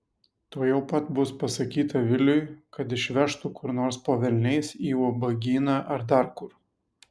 tuojau pat bus pasakyta viliui kad išvežtų kur nors po velniais į ubagyną ar dar kur